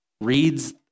reads